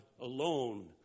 alone